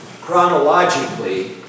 chronologically